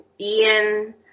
Ian